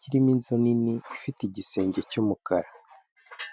kirimo inzu nini ifite igisenge cy'umukara.